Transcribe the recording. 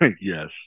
Yes